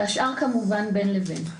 השאר כמובן בין לבין.